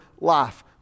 life